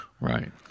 Right